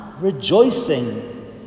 rejoicing